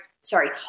sorry